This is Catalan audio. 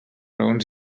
raons